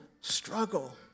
struggle